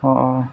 অঁ অঁ